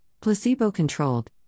placebo-controlled